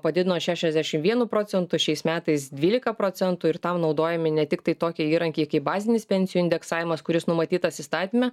padidino šešiasdešim vienu procentu šiais metais dvylika procentų ir tam naudojami ne tik tai tokie įrankiai kaip bazinis pensijų indeksavimas kuris numatytas įstatyme